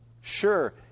sure